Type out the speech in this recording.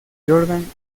jordan